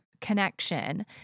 connection